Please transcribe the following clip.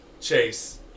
Chase